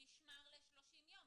נשמר ל-30 יום.